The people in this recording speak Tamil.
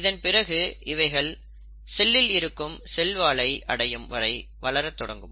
இதன்பிறகு இவைகள் செல்லில் இருக்கும் செல் வாலை அடையும் வரை வளர தொடங்கும்